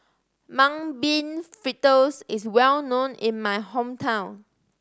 Mung Bean Fritters is well known in my hometown